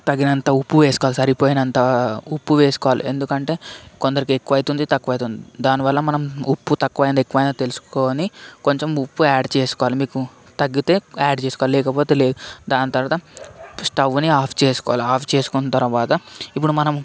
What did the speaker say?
తగినంత ఉప్పు వేసుకోవాలి సరిపోయినంత ఉప్పు వేసుకోవాలి ఎందుకంటే కొందరికి ఎక్కువ అవుతుంది తక్కు వ అవుతుంది దానివల్ల మనం ఉప్పు తక్కువైంది ఎక్కువైంది తెలుసుకుని కొంచెం ఉప్పు యాడ్ చేసుకోవాలి మీకు తగ్గితే యాడ్ చేసుకోవాలి లేకపోతే దాని తర్వాత స్టవ్ని ఆఫ్ చేసుకోవాలి ఆఫ్ చేసుకున్న తరువాత ఇప్పుడు మనం